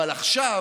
אבל עכשיו